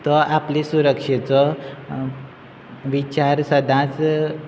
तो आपली सुरक्षेचो विचार सदांच